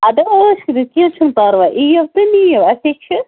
اَدٕ عٲش کٔرِتھ کیٚنٛہہ چھُنہٕ پَرواے اِیُو تہٕ نِیُو ایٚسے چھِ